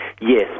Yes